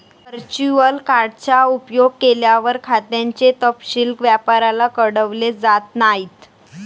virtual card चा उपयोग केल्यावर, खात्याचे तपशील व्यापाऱ्याला कळवले जात नाहीत